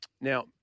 Now